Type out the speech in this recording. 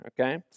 okay